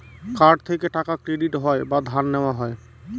card থেকে টাকা credit হয় বা ধার নেওয়া হয়